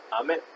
Amen